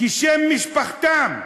כשם משפחתם.